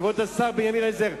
כבוד השר בן-אליעזר,